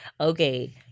okay